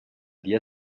día